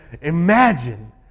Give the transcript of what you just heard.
imagine